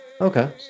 Okay